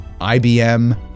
IBM